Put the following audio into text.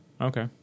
Okay